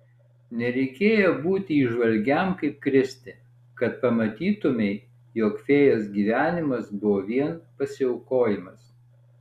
nereikėjo būti įžvalgiam kaip kristė kad pamatytumei jog fėjos gyvenimas buvo vien pasiaukojimas